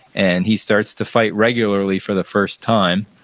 and he starts to fight regularly for the first time,